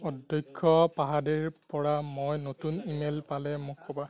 অধ্যক্ষ পাহাডেৰ পৰা মই নতুন ই মেইল পালে মোক ক'বা